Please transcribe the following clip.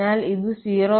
അതിനാൽ ഇത് 0